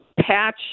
patch